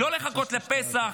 לא לחכות לפסח,